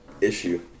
issue